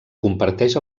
comparteix